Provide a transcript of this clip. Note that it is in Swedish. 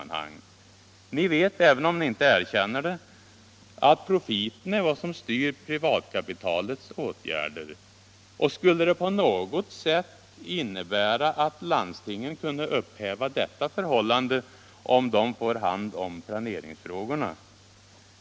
Ni vet — även om ni inte erkänner det — att profiten är vad som styr privatkapitalets åtgärder. Skulle det på något sätt innebära att landstingen kunde upphäva detta förhållande, om de får hand om planeringsfrågorna?